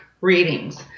readings